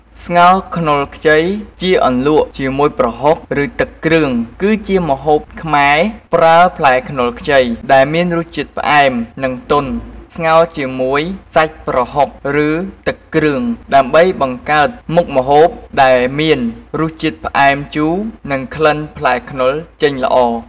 ស្ងោរខ្នុរខ្ចីជាអន្លក់ជាមួយប្រហុក ឬទឹកគ្រឿងគឺជាម្ហូបខ្មែរ ប្រើផ្លែខ្នុរខ្ចី ដែលមានរសជាតិផ្អែម និងទន់ ស្ងោរជាមួយសាច់ប្រហុក ឬទឹកគ្រឿង ដើម្បីបង្កើតមុខម្ហូបដែលមានរសជាតិផ្អែមជូរ និងក្លិនផ្លែខ្នុរចេញល្អ។